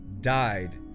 died